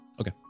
Okay